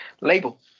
label